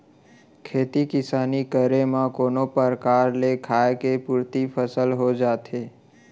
खेती किसानी करे म कोनो परकार ले खाय के पुरती फसल हो जाथे